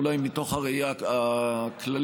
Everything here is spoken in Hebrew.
אולי מתוך הראייה הכללית